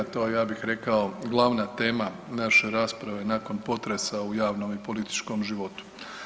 To je ja bih rekao glavna tema naše rasprave nakon potresa u javnom i političkom životu.